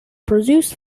produced